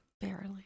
barely